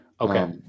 Okay